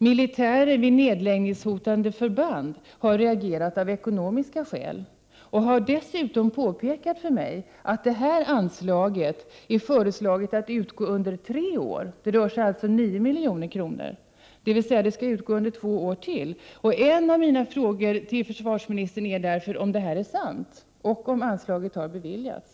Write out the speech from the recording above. Militärer vid nedläggningshotade förband har reagerat av ekonomiska skäl och har dessutom påpekat för mig att det föreslagits att anslaget skall utgå under tre år, dvs. under ytterligare två år, och därmed kommer att belöpa sig till 9 milj.kr. En av mina frågor till försvarsministern är därför om detta är sant och om anslaget har beviljats.